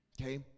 Okay